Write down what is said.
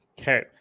Okay